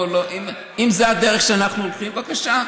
אם זו הדרך שאנחנו הולכים בה, בבקשה.